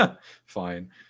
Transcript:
Fine